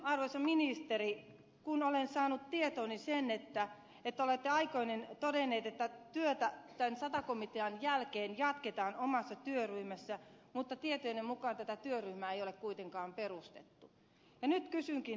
arvoisa ministeri kun olen saanut tietooni sen että olette aikoinaan todennut että työtä tämän sata komitean jälkeen jatketaan omassa työryhmässä mutta tietojeni mukaan tätä työryhmää ei ole kuitenkaan perustettu kysynkin nyt teiltä